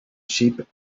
sheep